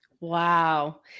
Wow